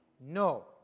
no